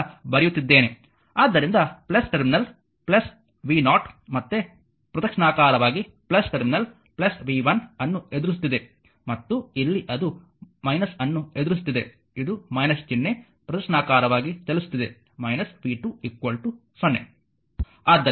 ಆದ್ದರಿಂದ terminal v0 ಮತ್ತೆ ಪ್ರದಕ್ಷಿಣಾಕಾರವಾಗಿ ಟರ್ಮಿನಲ್ v1 ಅನ್ನು ಎದುರಿಸುತ್ತಿದೆ ಮತ್ತು ಇಲ್ಲಿ ಅದು ಅನ್ನುಎದುರಿಸುತ್ತಿದೆ ಇದು ಚಿಹ್ನೆ ಪ್ರದಕ್ಷಿಣಾಕಾರವಾಗಿ ಚಲಿಸುತ್ತಿದೆ v2 0